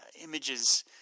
images